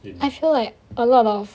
I feel like a lot of